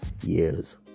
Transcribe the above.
years